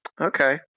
Okay